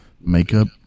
makeup